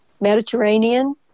mediterranean